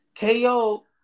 KO